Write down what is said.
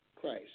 Christ